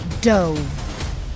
dove